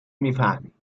میفهمی